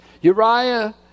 Uriah